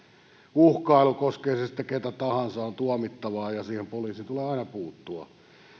uhkailu koskee se sitten ketä tahansa on tuomittavaa ja siihen poliisin tulee aina puuttua